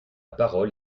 parole